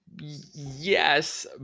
yes